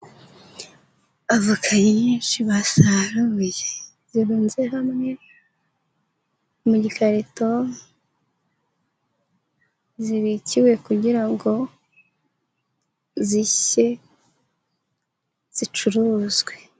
Avoka nyinshi basararuye, zirunze hamwe mu gikarito, zibikiwe kugira ngo zishye zicuruzwe.